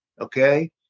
okay